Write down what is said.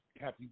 Happy